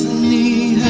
ne